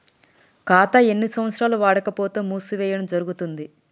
ఖాతా ఎన్ని సంవత్సరాలు వాడకపోతే మూసివేయడం జరుగుతుంది?